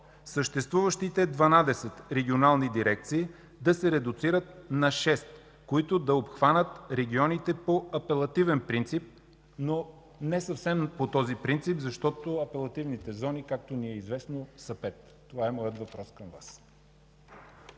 съществуващите 12 регионални дирекции да се редуцират на 6, които да обхванат регионите по апелативен принцип, но не съвсем по този принцип, защото апелативните зони, както ни е известно са 5? Това е моят въпрос към Вас.